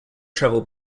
traveled